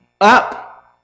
Up